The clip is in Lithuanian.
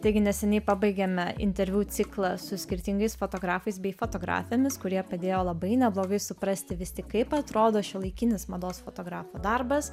taigi neseniai pabaigėme interviu ciklą su skirtingais fotografais bei fotografėmis kurie padėjo labai neblogai suprasti vis tik kaip atrodo šiuolaikinis mados fotografo darbas